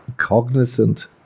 Cognizant